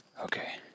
Okay